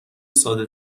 ساده